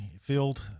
field